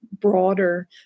broader